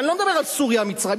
אני לא מדבר על סוריה או מצרים,